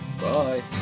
bye